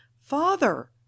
father